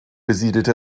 besiedelte